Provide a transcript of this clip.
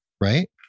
right